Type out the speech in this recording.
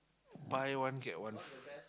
buy one get one free